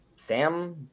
sam